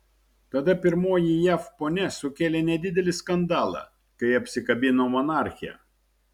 tada pirmoji jav ponia sukėlė nedidelį skandalą kai apsikabino monarchę